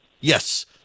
yes